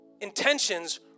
intentions